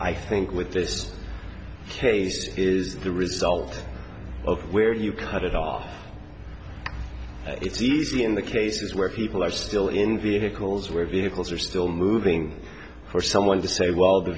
i think with this case is the result of where you have it are it's easy in the cases where people are still in vehicles where vehicles are still moving for someone to say well the